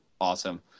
awesome